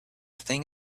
thing